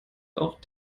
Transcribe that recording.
auch